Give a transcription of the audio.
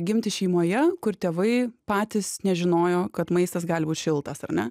gimti šeimoje kur tėvai patys nežinojo kad maistas gali būt šiltas ar ne